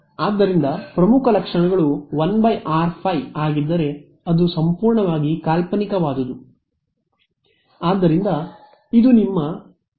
ಆದ್ದರಿಂದ ಪ್ರಮುಖ ಲಕ್ಷಣಗಳು 1 r೫ ಆಗಿದ್ದರೆ ಅದು ಸಂಪೂರ್ಣವಾಗಿ ಕಾಲ್ಪನಿಕವಾದದು